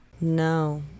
no